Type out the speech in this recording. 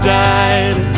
died